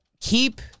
Keep